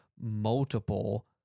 multiple